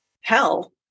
hell